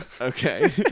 okay